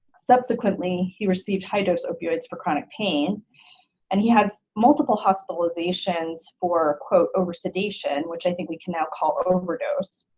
subsequently he received high dose opioids for chronic pain and he had multiple hospitalizations for over sedation which i think we can now call overdose.